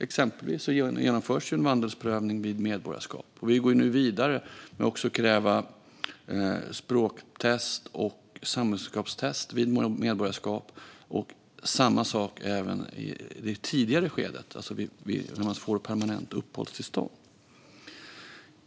Exempelvis genomförs en vandelsprövning vid medborgarskap. Vi går nu vidare med att också kräva språktest och samhällskunskapstest vid medborgarskap. Samma sak gäller även i det tidigare skedet, alltså när man får permanent uppehållstillstånd.